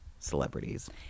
celebrities